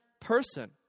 person